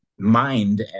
mind